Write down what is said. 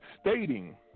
stating